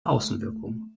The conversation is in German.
außenwirkung